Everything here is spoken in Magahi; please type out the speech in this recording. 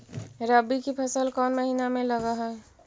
रबी की फसल कोन महिना में लग है?